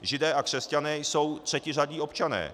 Židé a křesťané jsou třetiřadí občané.